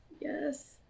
Yes